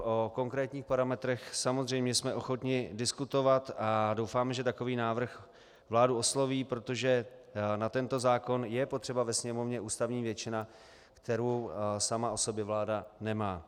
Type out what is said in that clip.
O konkrétních parametrech jsme samozřejmě ochotni diskutovat a doufáme, že takový návrh vládu osloví, protože na tento zákon je potřeba ve Sněmovně ústavní většina, kterou sama o sobě vláda nemá.